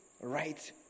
right